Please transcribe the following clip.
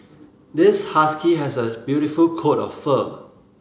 this husky has a beautiful coat of fur